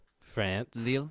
France